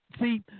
See